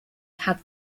had